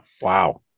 Wow